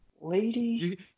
Lady